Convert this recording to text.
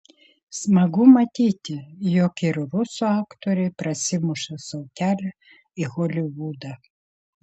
smagu matyti jog ir rusų aktoriai prasimuša sau kelią į holivudą